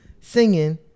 singing